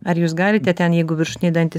ar jūs galite ten jeigu viršutiniai dantys